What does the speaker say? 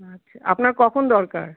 আচ্ছা আপনার কখন দরকার